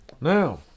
Now